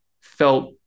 felt